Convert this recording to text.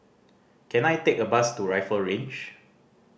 can I take a bus to Rifle Range